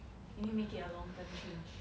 you need make it a long term change